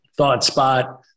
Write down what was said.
ThoughtSpot